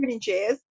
cheers